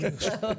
ולהסביר.